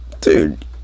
dude